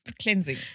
cleansing